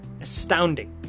astounding